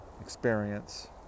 experience